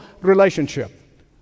relationship